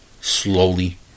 slowly